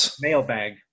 Mailbag